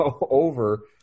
over